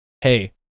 Hey